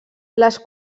les